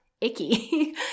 icky